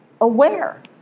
aware